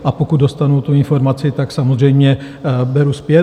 A pokud dostanu tu informaci, samozřejmě beru zpět.